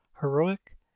Heroic